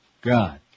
God